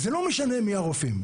זה לא משנה מי הרופאים.